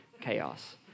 chaos